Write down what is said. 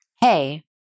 hey